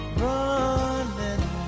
running